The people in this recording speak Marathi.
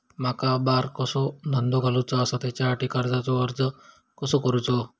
माका बारकोसो धंदो घालुचो आसा त्याच्याखाती कर्जाचो अर्ज कसो करूचो?